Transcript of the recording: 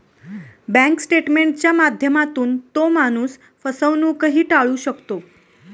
bank स्टेटमेंटच्या माध्यमातून तो माणूस फसवणूकही टाळू शकतो